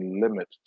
limit